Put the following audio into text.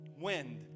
Wind